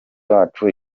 bacu